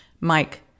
Mike